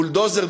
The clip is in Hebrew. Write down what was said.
בולדוזר.